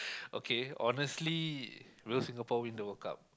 okay honestly will Singapore win the World Cup